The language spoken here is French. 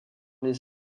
les